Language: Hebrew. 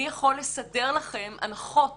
אני יכול לסדר לכן הנחות